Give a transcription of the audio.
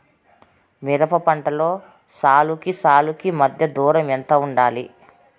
మిరప పంటలో సాలుకి సాలుకీ మధ్య దూరం ఎంత వుండాలి?